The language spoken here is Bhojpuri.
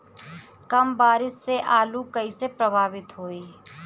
कम बारिस से आलू कइसे प्रभावित होयी?